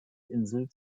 insel